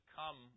come